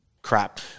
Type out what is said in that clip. crap